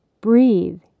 Breathe